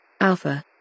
Alpha